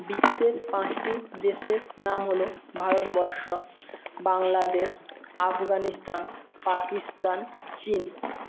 বিশ্বের পাঁচটি দেশের নাম হলো ভারতবর্ষ বাংলাদেশ আফগানিস্তান পাকিস্তান চীন